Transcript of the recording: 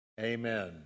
Amen